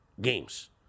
games